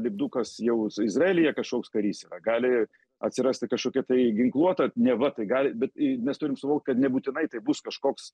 lipdukas jau izraelyje kažkoks karys gali atsirasti kažkokia tai ginkluota neva tai gali bet mes turim suvokt kad nebūtinai tai bus kažkoks